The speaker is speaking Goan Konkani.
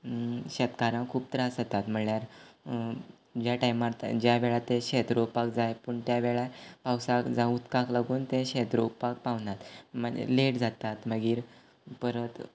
शेतकारांक खूब त्रास जातात म्हणल्यार ज्या टायमार ज्या वेळार ते शेत रोवपाक जाय पूण त्या वेळार पावसाक जावं उदकाक लागून ते शेत रोवपाक पावनात मागीर तें लेट जातात मागीर परत